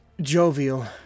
jovial